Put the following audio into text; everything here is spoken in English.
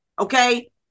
Okay